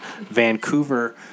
Vancouver